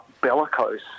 bellicose